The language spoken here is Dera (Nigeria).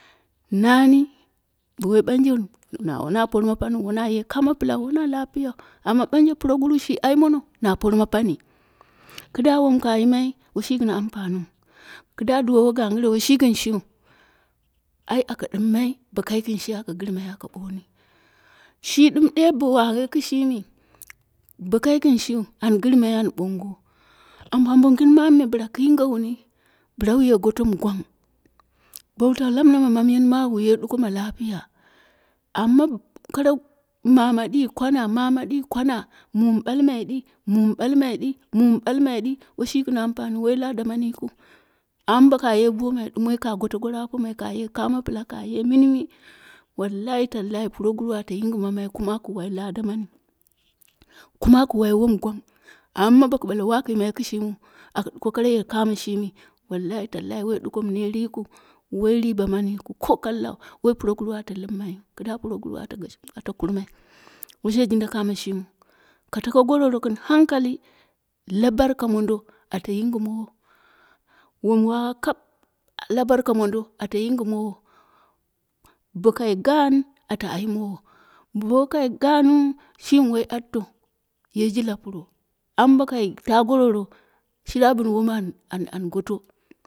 Nani bo woi banjeu na wona porma pani wona ye kamo pla wona lapiyau. Amma ɓanje puroguru shi aimono na pama pam, kida wom ka yimai woshi gin ampaniu. Ki da duwowu gangire woshi gin shiu ai aka dimmai bo kai gin shi aka girmai aka boni. Shi dim de bo wawe kishimi bo kai gin shiu an girmai an bongo. Ambo ambo gin mamu me bla ku yingewuni bla wa ye goto mi gwang, bow tawo lamna ma mamyen mawu wu ye duko ma lapiya. Amma kare mama di kwana mama di kwana mumi balmai di mumi balmai di, mumi ɓalmai ɗi woshi gin ampaniu woi lada mani yikiu, amma boka ye bomai ɗumoi ka goto goro apomai kaye kamo pla kaye minmi walahi tallahi puroguru ate yingima mai kuma aku wai lada mani. Kuma aku wai wom gwang. Amma boku ɓale waku yimai kishimiu aka duko kane ye kamoshimi wallahi talahi woiduko mi net yikiu woi niba mani yikiu ko kallau, woi puroguru ate lunmaiyu kida puroguru ate kurmai woshe jinda kamo shiniu. Ka lako goroio gin hankali la banha mondo ate yinginono, wom wawa kap labanka mondo ate yingimowo. Bo kai gan ate aimowo. Bo kai ganwu shimi woi atoo yeji lapiuro. Amma bo kai ta gororo shine abin wom an ana goto.